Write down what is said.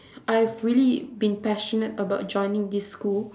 I have really been passionate about joining this school